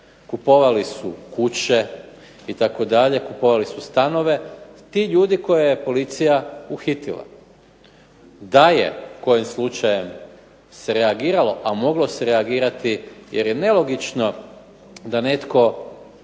kupovali su kuće, kupovali su stanove, ti ljudi koje je policija uhitila. Da je kojim slučajem se reagiralo, a moglo se reagirati jer je nelogično da netko